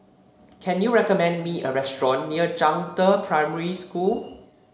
can you recommend me a restaurant near Zhangde Primary School